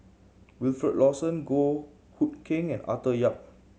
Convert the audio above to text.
Wilfed Lawson Goh Hood Keng and Arthur Yap